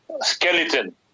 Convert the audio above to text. skeleton